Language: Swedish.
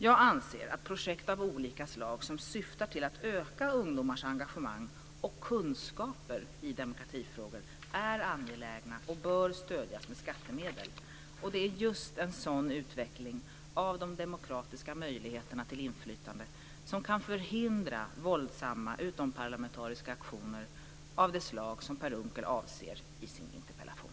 Jag anser att projekt av olika slag som syftar till att öka ungdomars engagemang och kunskaper i demokratifrågor är angelägna och bör stödjas med skattemedel. Det är just en sådan utveckling av de demokratiska möjligheterna till inflytande som kan förhindra våldsamma utomparlamentariska aktioner av det slag som Per Unckel avser i sin interpellation.